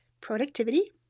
productivity